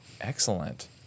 Excellent